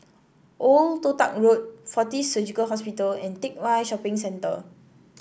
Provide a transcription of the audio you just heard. Old Toh Tuck Road Fortis Surgical Hospital and Teck Whye Shopping Centre